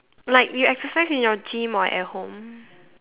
like you exercise in your gym or at home